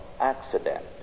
accident